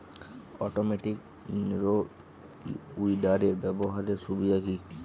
Automatic in row উইডারের ব্যবহারের সুবিধা কি?